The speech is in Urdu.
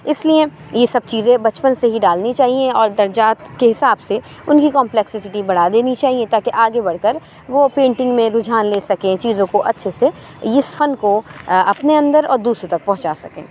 اِس لیے یہ سب چیزیں بچپن سے ہی ڈالنی چاہیے اور درجات كے حساب سے اُن کی كامپلكسیسٹی بڑھا دینی چاہیے تاکہ آگے بڑھ کر وہ پینٹنگ میں رجحان لے سكیں چیزوں كو اچھے سے اِس فَن كو اپنے اندر اور دوسرے تک پہنچا سکیں